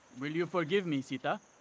will you forgive me, sita?